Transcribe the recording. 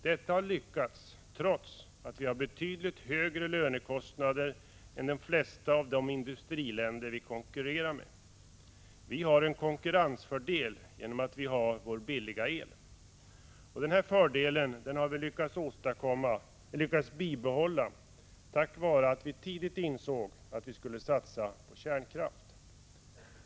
Detta har lyckats trots att vi har betydligt högre lönekostnader än de flesta av de industriländer vi konkurrerar med. Vi har en konkurrensfördel genom att vi har vår billiga el. Denna fördel har vi lyckats bibehålla tack vare att vi tidigt insåg att vi skulle satsa på kärnkraft.